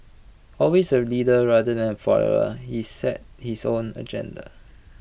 always A leader rather than A follower he set his own agenda